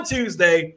Tuesday